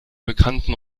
bekannten